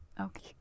Okay